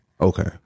Okay